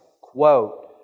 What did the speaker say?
quote